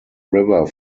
river